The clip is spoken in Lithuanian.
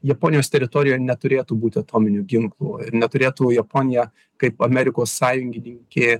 japonijos teritorijoje neturėtų būti atominių ginklų neturėtų japonija kaip amerikos sąjungininkė